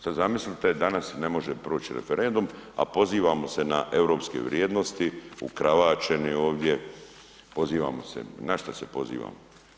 Sada zamislite danas ne može proći referendum, a pozivamo se na europske vrijednosti, ukravaćeni ovdje, pozivamo se, na šta se pozivamo?